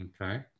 okay